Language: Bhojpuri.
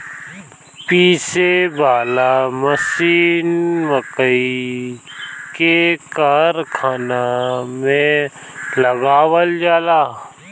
पीसे वाला मशीन मकई के कारखाना में लगावल जाला